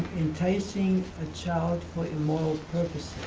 enticing a child for immoral purposes.